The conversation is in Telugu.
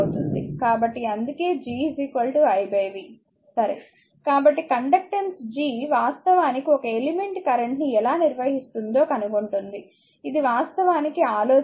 కాబట్టి అందుకే G i v సరే కాబట్టి కండక్టెన్స్ G వాస్తవానికి ఒక ఎలిమెంట్ కరెంట్ ని ఎలా నిర్వహిస్తుందో కనుగొంటుంది ఇది వాస్తవానికి ఆలోచన